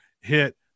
hit